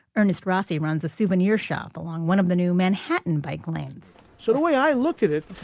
ernest rossi runs a souvenir shop along one of the new manhattan bike lanes so the way i look at it,